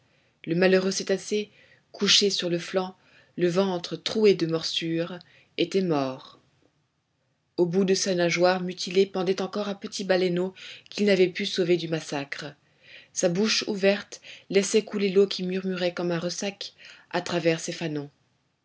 le malheureux cétacé couché sur le flanc le ventre troué de morsures était mort au bout de sa nageoire mutilée pendait encore un petit baleineau qu'il n'avait pu sauver du massacre sa bouche ouverte laissait couler l'eau qui murmurait comme un ressac à travers ses fanons